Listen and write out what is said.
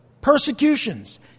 persecutions